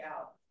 out